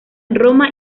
roma